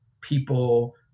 people